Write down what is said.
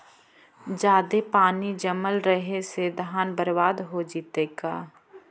जादे पानी जमल रहे से धान बर्बाद हो जितै का?